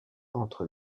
entre